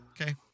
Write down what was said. Okay